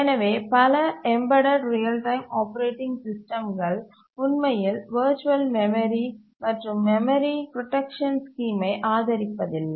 எனவே பல embedded real time operating சிஸ்டம்கள் உண்மையில் வர்ச்சுவல் மெமரி மற்றும் மெமரி புரோடக்சன் சிஸ்டம்களை ஆதரிப்பதில்லை